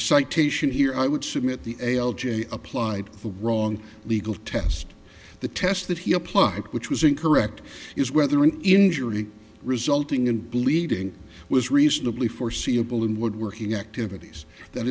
citation here i would submit the a l j applied the wrong legal test the test that he applied which was incorrect is whether an injury resulting in bleeding was reasonably foreseeable in woodworking activities that